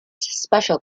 special